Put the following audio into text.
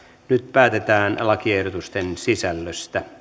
nyt päätetään lakiehdotusten sisällöstä